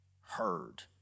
heard